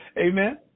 Amen